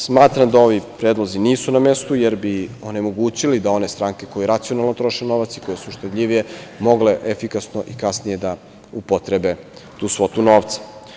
Smatram da ovi predlozi nisu na mestu, jer bi onemogućili da one stranke koje racionalno troše novac i koje su štedljivije, mogle efikasno kasnije da upotrebe tu svotu novca.